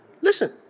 Listen